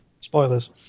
Spoilers